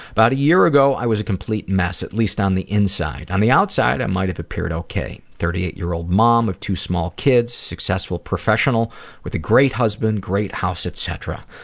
about a year ago, i was a complete mess at least on the inside. on the outside, i might have appeared ok thirty eight year-old mom with two small kids, successful professional with a great husband, great house, etc.